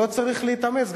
לא צריך להתאמץ,